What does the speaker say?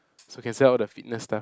so can sell all the fitness stuff